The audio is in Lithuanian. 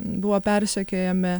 buvo persekiojami